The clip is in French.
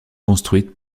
construite